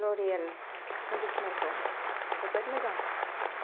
L'Oréal कन्दिसनारखौ जोबोद मोजां